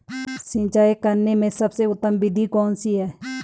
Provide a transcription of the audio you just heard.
सिंचाई करने में सबसे उत्तम विधि कौन सी है?